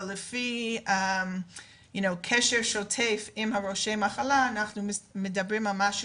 אבל לפי קשר שוטף עם ראשי המחלה אנחנו מדברים על משהו